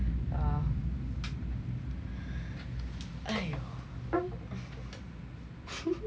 ah !aiyo!